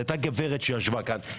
הייתה גברת שישבה כאן,